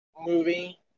movie